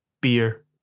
beer